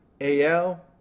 AL